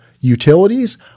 utilities